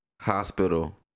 hospital